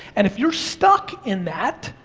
and if you're stuck in that,